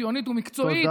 ציונית ומקצועית,